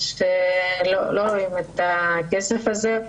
שלא רואים את הכסף הזה,